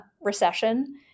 recession